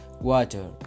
water